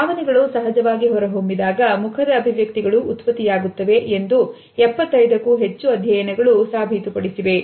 ಭಾವನೆಗಳು ಸಹಜವಾಗಿ ಹೊರಹೊಮ್ಮಿದಾಗ ಮುಖದ ಅಭಿವ್ಯಕ್ತಿಗಳು ಉತ್ಪತ್ತಿಯಾಗುತ್ತವೆ ಎಂದು 75ಕ್ಕೂ ಹೆಚ್ಚು ಅಧ್ಯಯನಗಳು ಸಾಬೀತುಪಡಿಸಿವೆ